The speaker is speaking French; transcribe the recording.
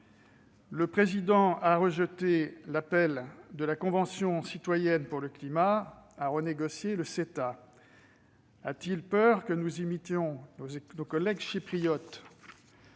République a rejeté l'appel de la Convention citoyenne pour le climat à renégocier le CETA. A-t-il peur que nous n'imitions nos collègues chypriotes ?